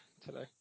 today